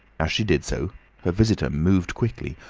as she did so her visitor moved quickly,